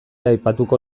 aipatuko